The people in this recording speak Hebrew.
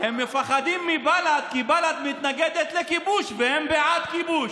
הם מפחדים מבל"ד כי בל"ד מתנגדת לכיבוש והם בעד כיבוש.